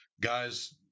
guys